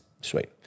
sweet